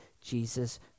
Jesus